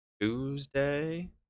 tuesday